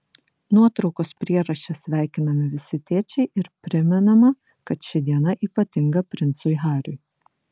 nuotraukos prieraše sveikinami visi tėčiai ir primenama kad ši diena ypatinga princui hariui